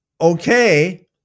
okay